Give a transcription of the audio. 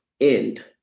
end